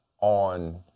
on